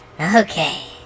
Okay